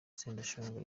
sendashonga